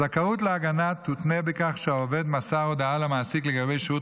הזכאות להגנה תותנה בכך שהעובד מסר הודעה למעסיק לגבי שירות